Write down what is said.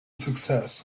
success